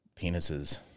penises